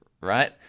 right